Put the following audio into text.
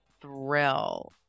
thrill